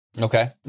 Okay